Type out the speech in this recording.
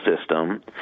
system